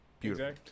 beautiful